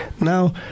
now